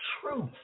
truth